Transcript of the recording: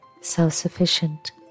self-sufficient